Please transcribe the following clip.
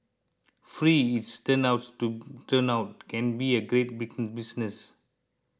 free it's turn out to turn out can be a great business